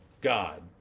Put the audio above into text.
God